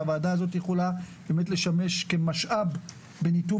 והוועדה הזאת יכולה באמת לשמש כמשאב בניתוב